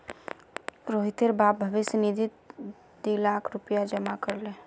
रोहितेर बाप भविष्य निधित दी लाख रुपया जमा कर ले